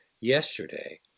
yesterday